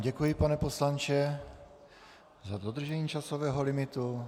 Děkuji vám, pane poslanče, za dodržení časového limitu.